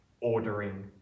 ordering